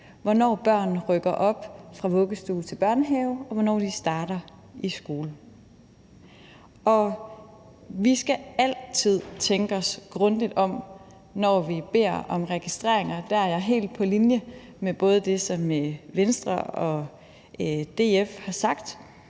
hvornår børnene rykker op fra vuggestue til børnehave, og hvornår de starter i skole. Vi skal altid tænke os grundigt om, når vi beder om registreringer. Der er jeg helt på linje med det, som både Venstre og DF har sagt.